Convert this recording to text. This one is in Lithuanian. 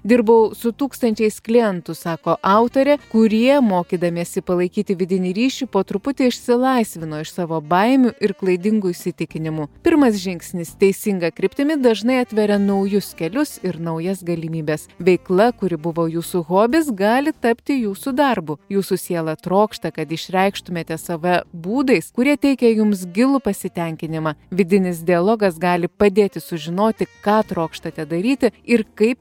dirbau su tūkstančiais klientų sako autorė kurie mokydamiesi palaikyti vidinį ryšį po truputį išsilaisvino iš savo baimių ir klaidingų įsitikinimų pirmas žingsnis teisinga kryptimi dažnai atveria naujus kelius ir naujas galimybes veikla kuri buvo jūsų hobis gali tapti jūsų darbu jūsų siela trokšta kad išreikštumėte save būdais kurie teikia jums gilų pasitenkinimą vidinis dialogas gali padėti sužinoti ką trokštate daryti ir kaip